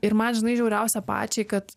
ir man žinai žiauriausia pačiai kad